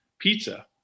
Pizza